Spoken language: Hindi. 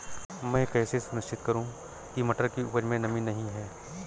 मैं कैसे सुनिश्चित करूँ की मटर की उपज में नमी नहीं है?